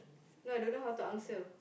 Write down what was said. no I don't know how to answer